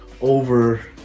over